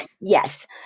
Yes